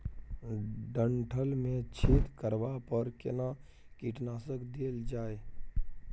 डंठल मे छेद करबा पर केना कीटनासक देल जाय?